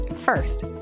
first